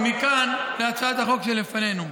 ומכאן להצעת החוק שלפנינו.